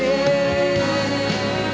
good